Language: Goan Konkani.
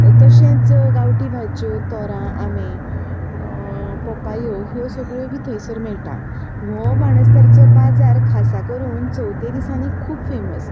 तशेंच गांवठी भाज्यो तोरां आंबे पोपायो ह्यो सगळ्यो बी थंयसर मेळटा हो बाणस्तारीचो बाजार खासा करून चवथे दिसांनी खूब फॅमस